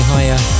Higher